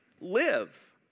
live